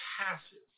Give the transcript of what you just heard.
passive